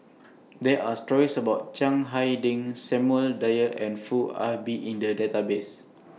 There Are stories about Chiang Hai Ding Samuel Dyer and Foo Ah Bee in The Database